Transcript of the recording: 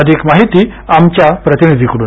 अधिक माहिती आमच्या प्रतिनिधी कडून